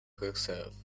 herself